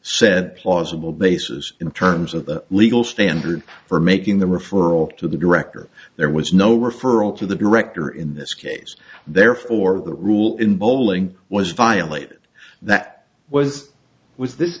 said plausible basis in terms of the legal standard for making the referral to the director there was no referral to the director in this case therefore the rule in bowling was violated that was was this